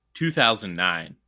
2009